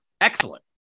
excellent